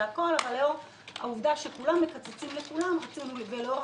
אבל לאור העובדה שכולם מקצצים לכולם ולאור